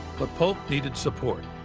but polk needed support.